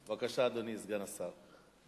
בבקשה, אדוני סגן השר.